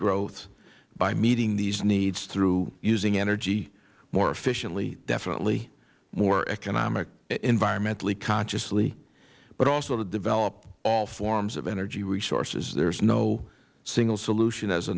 growth by meeting these needs through using energy more efficiently definitely more economic environmentally consciously but also to develop all forms of energy resources there is no single solution as a